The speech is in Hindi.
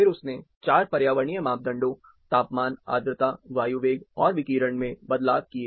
फिर उसने 4 पर्यावरणीय मापदंडों तापमान आर्द्रता वायु वेग और विकिरण में बदलाव किए